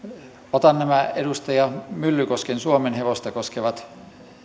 otan nämä edustaja myllykosken suomenhevosta koskevat